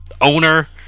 owner